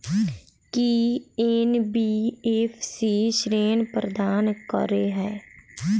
की NBFC ऋण प्रदान करे है?